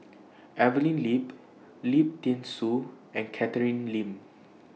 Evelyn Lip Lim Thean Soo and Catherine Lim